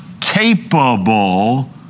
capable